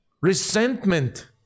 resentment